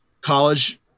college